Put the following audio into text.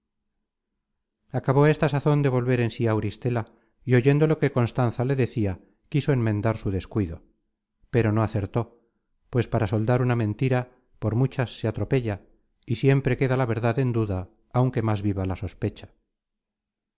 at acabó á esta sazon de volver en sí auristela y oyendo lo que constanza le decia quiso enmendar su descuido pero no acertó pues para soldar una mentira por muchas se atropella y siempre queda la verdad en duda aunque más viva la sospecha